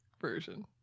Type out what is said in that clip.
version